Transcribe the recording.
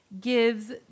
gives